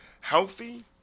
Healthy